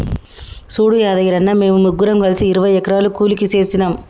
సూడు యాదగిరన్న, మేము ముగ్గురం కలిసి ఇరవై ఎకరాలు కూలికి సేసినాము